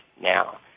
now